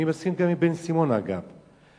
אני מסכים גם עם בן-סימון, אגב.